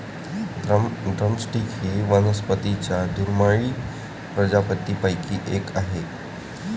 drum stick ही वनस्पतीं च्या दुर्मिळ प्रजातींपैकी एक आहे